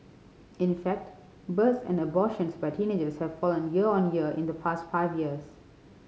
in fact births and abortions by teenagers have fallen year on year in the past five years